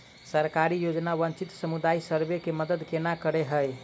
सरकारी योजना वंचित समुदाय सब केँ मदद केना करे है?